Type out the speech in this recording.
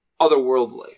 otherworldly